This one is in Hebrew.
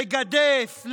לגדף,